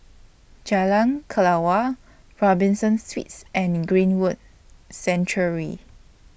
Jalan Kelawar Robinson Suites and Greenwood Sanctuary